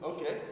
Okay